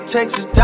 Texas